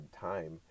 time